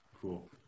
Cool